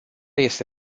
este